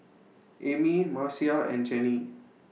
Ami Marcia and Jennie